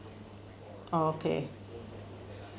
okay